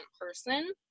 person